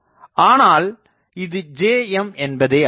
ஆனால் இது Jm என்பதே ஆகும்